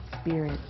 spirit